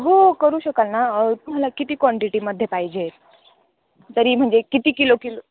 हो करू शकाल ना तुम्हाला किती क्वांटिटीमध्ये पाहिजे तरी म्हणजे किती किलो किलो